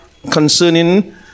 concerning